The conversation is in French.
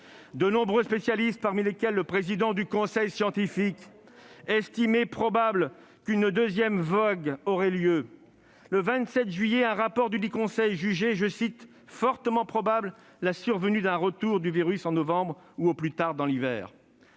De nombreux spécialistes, parmi lesquels le président du conseil scientifique, estimaient probable une deuxième vague. Le 27 juillet, un rapport dudit conseil jugeait, « fortement probable la survenue d'un retour du virus en novembre ou au plus tard dans l'hiver ».